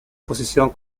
posición